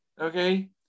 Okay